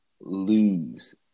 lose